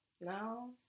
No